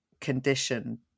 condition